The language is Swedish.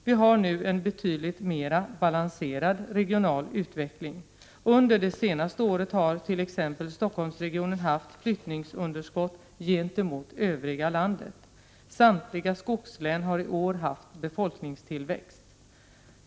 Vi har nu en betydligt mera balanserad regional utveckling. Under det senaste året hart.ex. Stockholmsregionen haft flyttningsunderskott gentemot övriga landet. Samtliga skogslän har i år haft befolkningstillväxt.